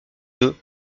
deux